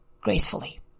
gracefully